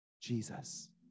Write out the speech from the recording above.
Jesus